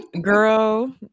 Girl